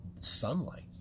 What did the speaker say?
sunlight